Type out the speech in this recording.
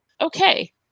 Okay